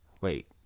wait